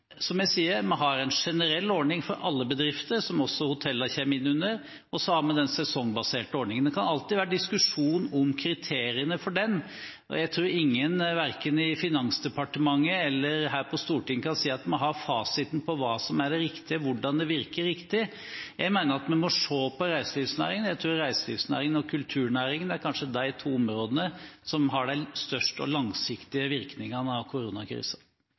som jeg sier, har vi en generell ordning for alle bedrifter – som også hotellene kommer inn under. Og så har vi den sesongbaserte ordningen. Det kan alltid være diskusjon om kriteriene for den, men jeg tror ingen, verken i Finansdepartementet eller her på Stortinget, kan si at man har fasiten for hva som er det riktige, og om det virker riktig. Jeg mener vi må se på reiselivsnæringen. Jeg tror reiselivsnæringen og kulturnæringen kanskje er de to områdene som har de største og langsiktige virkningene av